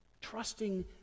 trusting